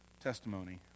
testimony